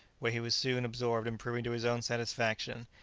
where he was soon absorbed in proving to his own satisfaction,